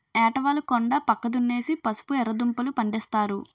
ఏటవాలు కొండా పక్క దున్నేసి పసుపు, ఎర్రదుంపలూ, పండిస్తారు